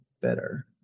better